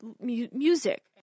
music